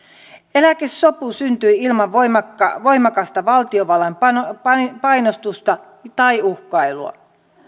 eläkesopu syntyi ilman voimakasta voimakasta valtiovallan painostusta tai uhkailua